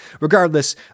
Regardless